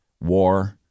War